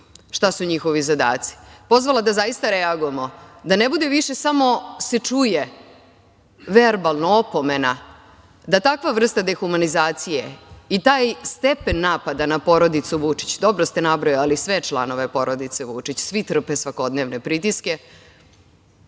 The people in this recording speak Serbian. šta su njihovi zadaci, pozvala, da zaista reagujemo, da ne bude više samo se čuje, verbalno, opomena, da takva vrsta dehumanizacije, i taj stepen napada na porodicu Vučić, dobro ste nabrojali sve članove porodice Vučić, svi trpe svakodnevne pritiske,